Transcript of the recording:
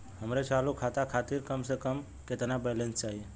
हमरे चालू खाता खातिर कम से कम केतना बैलैंस चाही?